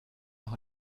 auch